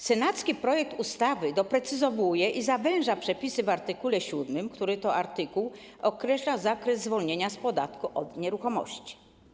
Senacki projekt ustawy doprecyzowuje i zawęża przepisy w art. 7, który to artykuł określa zakres zwolnienia z podatku od nieruchomości.